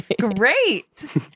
great